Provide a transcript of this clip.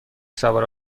سوار